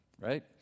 Right